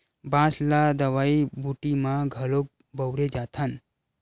बांस ल दवई बूटी म घलोक बउरे जाथन